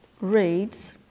reads